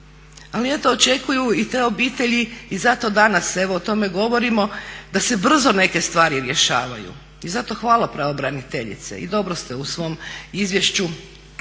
Ali eto očekuju i te obitelji i zato danas evo o tome govorimo da se brzo neke stvari rješavaju i zato hvala pravobraniteljice i dobro ste u svom izvješću